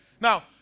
Now